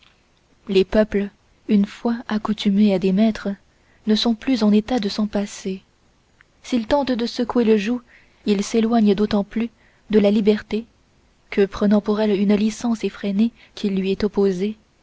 les peuples une fois accoutumés à des maîtres ne sont plus en état de s'en passer s'ils tentent de secouer le joug ils s'éloignent d'autant plus de la liberté que prenant pour elle une licence effrénée qui lui est opposée